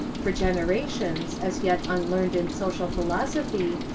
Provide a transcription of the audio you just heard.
for genera tions, as yet unlearned in social philosophy,